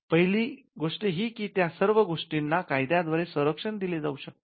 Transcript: पहिली गोष्ट ही की त्या सर्व गोष्टींना कायद्या द्वारे संरक्षण दिले जाऊ शकते